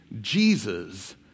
Jesus